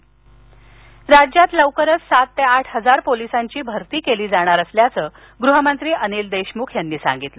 देशमख राज्यात लवकरच सात ते आठ हजार पोलिसांची भरती केली जाणार असल्याचं गृहमंत्री अनिल देशमुख यांनी सांगितलं